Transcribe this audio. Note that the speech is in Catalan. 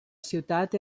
ciutat